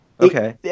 okay